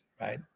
right